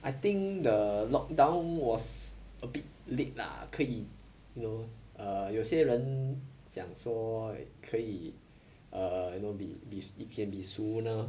I think the lockdown was a bit late lah 可以 you know err 有些人讲说可以 err you know be be it can be sooner